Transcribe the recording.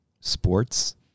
sports